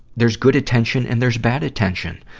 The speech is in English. there's good attention and there's bad attention.